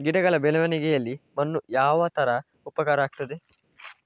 ಗಿಡಗಳ ಬೆಳವಣಿಗೆಯಲ್ಲಿ ಮಣ್ಣು ಯಾವ ತರ ಉಪಕಾರ ಆಗ್ತದೆ?